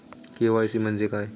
KYC म्हणजे काय?